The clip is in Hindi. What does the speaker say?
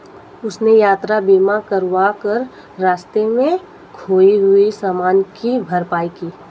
उसने यात्रा बीमा करवा कर रास्ते में खोए हुए सामान की भरपाई की